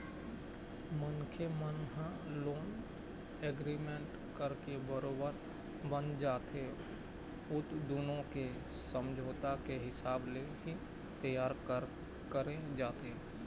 मनखे मन ह लोन एग्रीमेंट करके बरोबर बंध जाथे अउ दुनो के समझौता के हिसाब ले ही तियार करे जाथे